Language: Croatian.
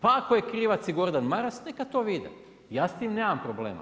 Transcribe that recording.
Pa ako je krivac i Gordan Maras neka to vide, ja s tim nemam problema.